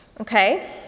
Okay